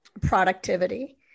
productivity